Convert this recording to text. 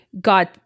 got